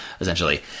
essentially